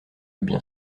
bien